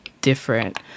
different